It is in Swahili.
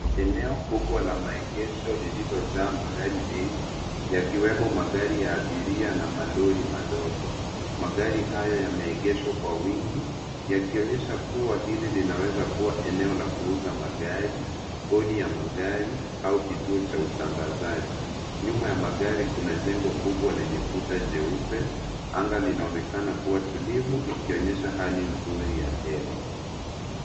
Eneo kubwa la maegesho lililojaa magari mengi yakiwemo magari ya abiria na malori madogo. Magari hayo yameegeshwa kwa wingi yakionyesha kuwa hili linaweza kuwa eneo la kuuza magari, kodi ya magari au kituo cha usambazaji. Nyuma ya magari kuna jengo kubwa lenye kuta jeupe. Anga linaonekana kuwa tulivu likionyesha hali nzuri ya hewa.